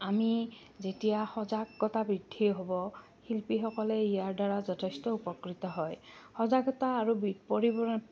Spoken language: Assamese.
আমি যেতিয়া সজাগতা বৃদ্ধি হ'ব শিল্পীসকলে ইয়াৰ দ্বাৰা যথেষ্ট উপকৃত হয় সজাগতা আৰু পৰিব